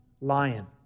lion